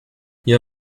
you